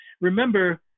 Remember